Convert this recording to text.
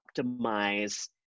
optimize